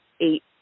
eight